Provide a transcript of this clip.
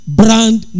brand